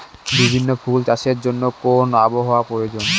বিভিন্ন ফুল চাষের জন্য কোন আবহাওয়ার প্রয়োজন?